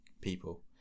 people